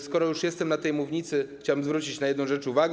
Skoro już jestem na tej mównicy, chciałbym też zwrócić na jedną rzecz uwagę.